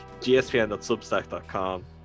gspn.substack.com